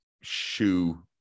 shoe